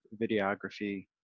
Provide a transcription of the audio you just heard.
videography